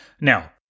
Now